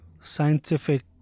scientific